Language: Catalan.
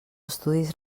estudis